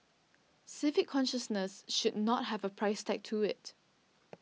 civic consciousness should not have a price tag to it